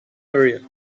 area